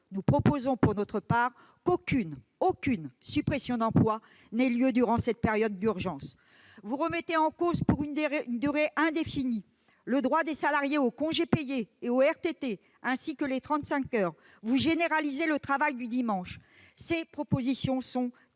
Nous proposons, pour notre part, qu'aucune suppression d'emploi ne puisse avoir lieu durant cette période d'urgence. Vous remettez en cause, pour une durée indéfinie, le droit des salariés aux congés payés et aux RTT, ainsi que les 35 heures. Vous généralisez le travail du dimanche. Ces propositions sont